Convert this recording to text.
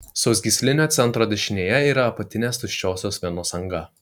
sausgyslinio centro dešinėje yra apatinės tuščiosios venos anga